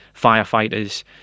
firefighters